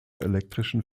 elektrischen